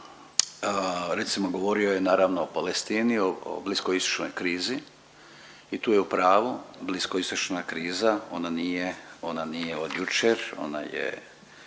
recimo govorio je naravno o Palestini, o blisko istočnoj krizi i tu je u pravu. Bliskoistočna kriza ona nije od jučer, ona je